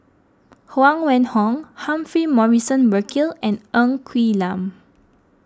Huang Wenhong Humphrey Morrison Burkill and Ng Quee Lam